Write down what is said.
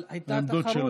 אבל הייתה תחרות.